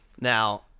Now